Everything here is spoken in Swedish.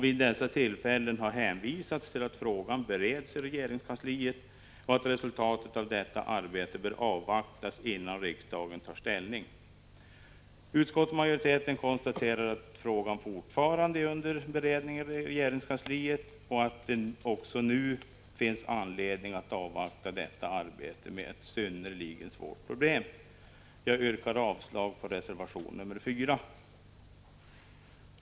Vid dessa tillfällen har hänvisats till att frågan bereds i regeringskansliet och att resultatet av detta arbete bör avvaktas innan riksdagen tar ställning. Utskottsmajoriteten konstaterar att frågan fortfarande är under beredning i regeringskansliet och att det också nu finns anledning att avvakta detta arbete med ett synnerligen svårt problem. Jag yrkar avslag på reservation 4.